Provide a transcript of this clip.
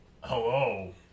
Hello